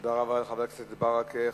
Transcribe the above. תודה רבה לחבר הכנסת ברכה.